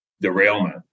derailment